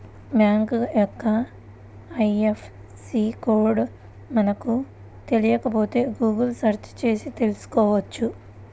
bank యొక్క IFSC code మనకు తెలియకపోతే గుగుల్ సెర్చ్ చేసి తెల్సుకోవచ్చు